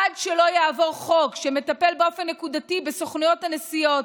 עד שלא יעבור חוק שמטפל באופן נקודתי בסוכנויות הנסיעות,